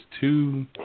two